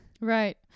Right